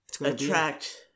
attract